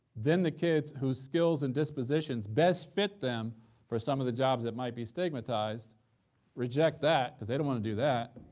then the kids who skills and dispositions best fit them for some of the jobs that may be stigmatized reject that, cause they don't want to do that.